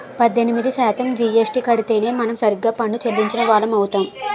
పద్దెనిమిది శాతం జీఎస్టీ కడితేనే మనం సరిగ్గా పన్ను చెల్లించిన వాళ్లం అవుతాం